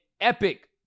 epic